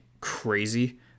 crazy